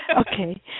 Okay